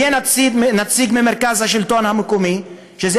יהיה נציג של מרכז השלטון המקומי שזה